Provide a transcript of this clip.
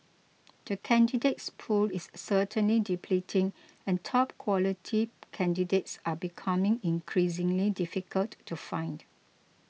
the candidates pool is certainly depleting and top quality candidates are becoming increasingly difficult to find